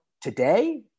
today